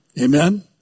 Amen